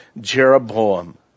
Jeroboam